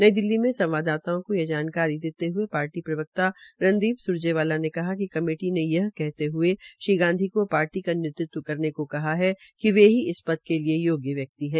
नई दिल्ली में संवाददाताओं को ये जानकारी देते हये पार्टी प्रवक्ता रण्दीप स्रजेवाला ने कहा कि कमेटी ने यह कहते हये श्रीगांधी को पार्टी का नेतृत्व करने को कहा है कि वे ही इस पद के लिए योग्य व्यक्ति है